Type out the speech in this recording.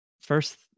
first